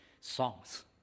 songs